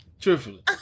Truthfully